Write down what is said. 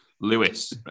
Lewis